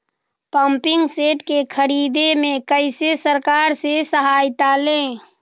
Pumping set के ख़रीदे मे कैसे सरकार से सहायता ले?